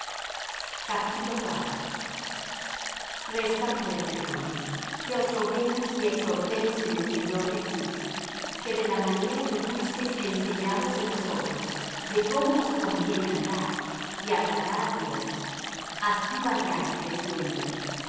sus santos resta pues hermanos que os roguemos y exhortemos en el señor jesús que de la manera que fuisteis enseñados de nosotros de cómo os conviene andar y agradar á dios así vayáis creciendo